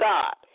God